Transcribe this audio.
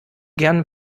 gern